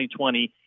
2020